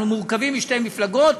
אנחנו מורכבים משתי מפלגות.